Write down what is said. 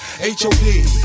H-O-P